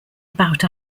about